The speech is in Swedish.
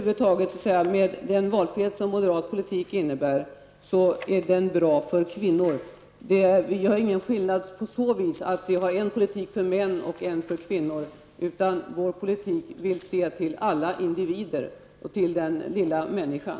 Den valfrihet som moderat politik innebär är över huvud taget bra för kvinnor. Vi gör ingen skillnad på så vis att vi har en politik för män och en för kvinnor, utan vår politik vill se till alla individer och till den lilla människan.